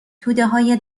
تودههای